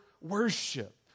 worship